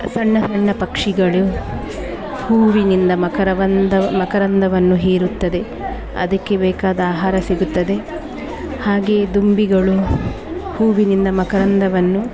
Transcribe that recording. ಸಣ್ಣ ಸಣ್ಣ ಪಕ್ಷಿಗಳು ಹೂವಿನಿಂದ ಮಕರಂದ ಮಕರಂದವನ್ನು ಹೀರುತ್ತದೆ ಅದಕ್ಕೆ ಬೇಕಾದ ಆಹಾರ ಸಿಗುತ್ತದೆ ಹಾಗೆಯೇ ದುಂಬಿಗಳು ಹೂವಿನಿಂದ ಮಕರಂದವನ್ನು